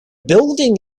building